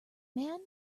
man